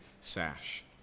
sash